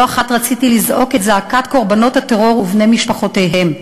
לא אחת רציתי לזעוק את זעקת קורבנות הטרור ובני משפחותיהם,